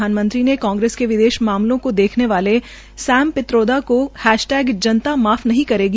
प्रधानमंत्री ने कांगेस के विदेश मामलों को देखने वाले सैम पित्रोदा को हैशटैग जनता माफ नहीं करेगी